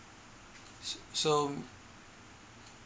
so so